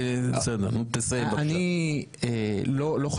לא, לא 'לא